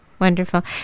Wonderful